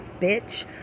bitch